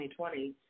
2020